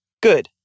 good